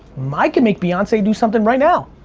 might can make beyonce do something right now.